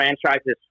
franchises